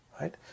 Right